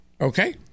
okay